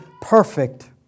perfect